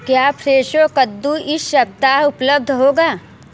क्या फ़्रेशो कद्दू इस सप्ताह उपलब्ध होगा